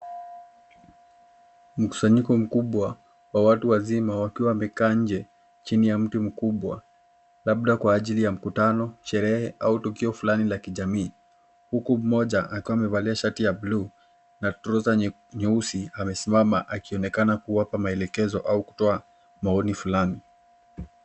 Mkusanyiko mkubwa wa watu wazima wakiwa wamekaa nje chini ya mti mkubwa labda kwa ajili ya mkutano, sherehe au tukio fulani la kijamii huku mmoja akiwa amevalia shati ya bluu na trouser nyeusi amesimama akionekana kuwa kwa maelekezo au kutoa maoni fulani.